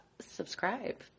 subscribe